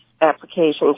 applications